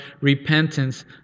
repentance